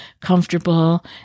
comfortable